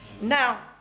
Now